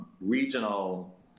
regional